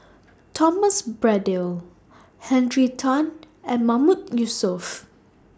Thomas Braddell Henry Tan and Mahmood Yusof